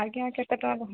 ଆଜ୍ଞା କେତେ ଟଙ୍କା